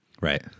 Right